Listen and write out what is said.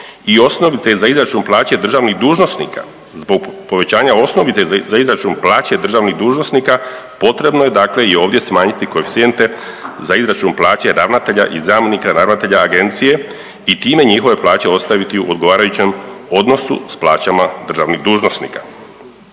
i osnovice za izračun plaće državnih dužnosnika zbog povećanja osnovice za izračun plaće državnih dužnosnika, potrebno je dakle i ovdje smanjiti koeficijente za izračun plaće ravnatelja i zamjenika ravnatelja Agencije i time njihove plaće ostaviti u odgovarajućem odnosu s plaćama državnih dužnosnika.